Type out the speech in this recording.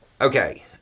Okay